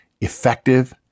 effective